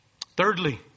Thirdly